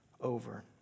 over